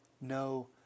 no